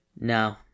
no